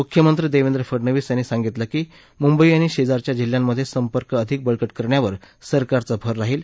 मुख्यमंत्री देवेंद्र फडनवीस यांनी सांगितलं की मुंबई आणि शेजारच्या जिल्ह्यांमधे संपर्क अधिक बळकट करण्यावर सरकारचा भर राहील